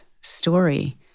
story